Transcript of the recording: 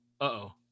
Uh-oh